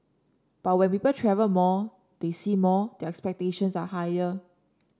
but when people travel more they see more their expectations are higher